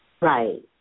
Right